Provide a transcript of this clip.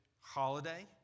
holiday